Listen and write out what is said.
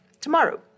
tomorrow